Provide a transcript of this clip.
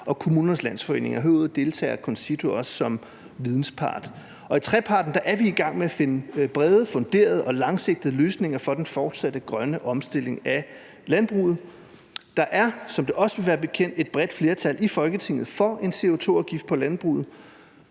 og Kommunernes Landsforening. Herudover deltager CONCITO også som videnspart. I treparten er vi i gang med at finde brede, funderede og langsigtede løsninger for den fortsatte grønne omstilling af landbruget. Der er, som det også vil være bekendt, et bredt flertal i Folketinget for en CO2-afgift på landbruget.